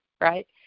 right